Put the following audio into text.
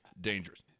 dangerous